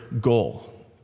goal